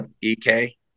EK